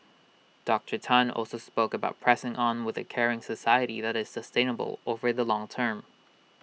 Doctor Tan also spoke about pressing on with A caring society that is sustainable over the long term